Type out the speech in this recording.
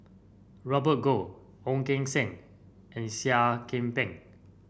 Robert Goh Ong Keng Sen and Seah Kian Peng